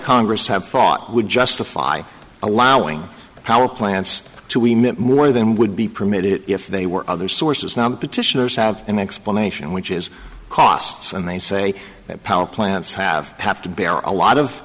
congress have thought would justify allowing the power plants to we meant more than would be permitted if they were other sources now petitioners have an explanation which is costs and they say that power plants have have to bear a lot